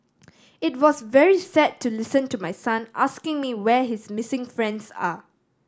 it was very sad to listen to my son asking me where his missing friends are